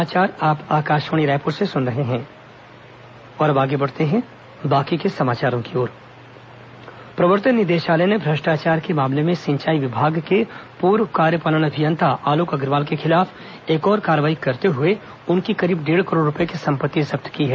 ED कार्रवाई प्रवर्तन निदेशालय ने भ्रष्टाचार के मामले में सिंचाई विभाग के पूर्व कार्यपालन अभियंता आलोक अग्रवाल के खिलाफ एक और कार्रवाई करते हुए उनकी करीब डेढ़ करोड़ रूपये की संपत्ति जब्त की है